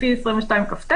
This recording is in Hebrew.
לפי סעיף 22כט,